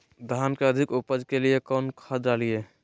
धान के अधिक उपज के लिए कौन खाद डालिय?